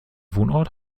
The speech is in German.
wohnort